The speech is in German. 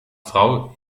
frau